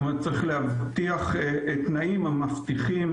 צריך להבטיח את הערכים הללו.